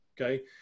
Okay